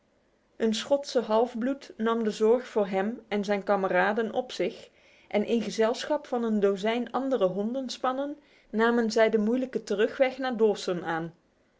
een schotse halfbloed nam de zorg voor hem en zijn kameraden op zich en in gezelschap van een dozijn andere hondenspannen namen zij de moeilijke terugweg naar dawson aan